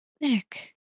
Nick